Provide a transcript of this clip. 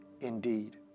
indeed